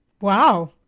Wow